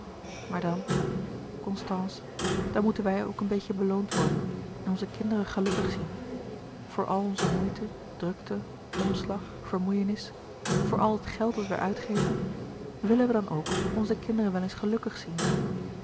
maar dan constance dan moeten wij ook een beetje beloond worden en onze kinderen gelukkig zien voor al onze moeite drukte omslag vermoeienis voor al het geld dat wij uitgeven willen wij dan ook onze kinderen wel eens gelukkig zien